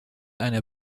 eine